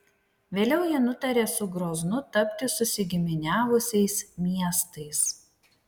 vėliau ji nutarė su groznu tapti susigiminiavusiais miestais